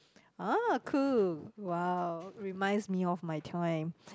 !ah! cool !wow! reminds me of my time